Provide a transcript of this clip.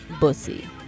bussy